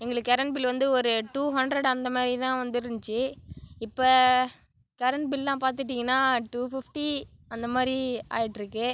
எங்களுக்கு current bill வந்து ஒரு டூ ஹண்ட்ரெட் அந்த மாதிரி தான் வந்துருந்துச்சு இப்போ கெரன்ட் பில்லா பார்த்துட்டீங்கனா டூ ஃபிஃப்டி அந்த மாதிரி ஆகிட்ருக்கு